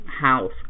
house